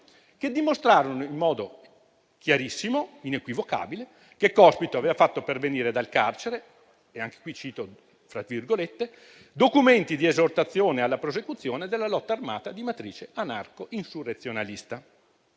che dimostrarono in modo chiarissimo e equivocabile che Cospito aveva fatto pervenire dal carcere «documenti di esortazione alla prosecuzione della lotta armata di matrice anarco-insurrezionalista».